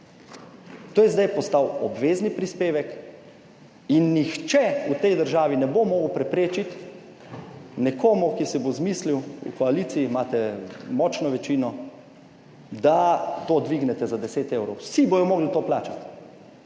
To je zdaj postal obvezni prispevek in nihče v tej državi ne bo mogel preprečiti nekomu, ki se bo izmislil - v koaliciji imate močno večino -, da to dvignete za deset evrov, vsi bodo morali to plačati: